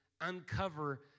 uncover